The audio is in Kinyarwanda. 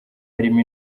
harimo